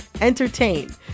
entertain